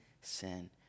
sin